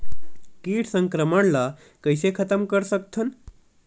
कीट संक्रमण ला कइसे खतम कर सकथन?